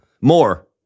more